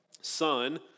son